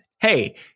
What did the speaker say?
hey